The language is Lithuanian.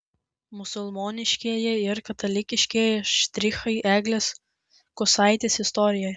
musulmoniškieji ir katalikiškieji štrichai eglės kusaitės istorijoje